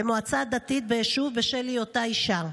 למועצה הדתית ביישוב בשל היותה אישה.